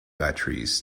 batteries